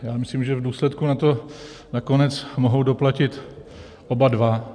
Já myslím, že v důsledku na to nakonec mohou doplatit oba dva.